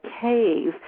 cave